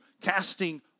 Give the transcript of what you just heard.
casting